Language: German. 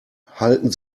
halten